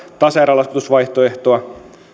tasaerälaskutusvaihtoehtoa